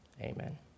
amen